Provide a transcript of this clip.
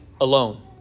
alone